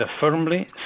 firmly